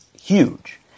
huge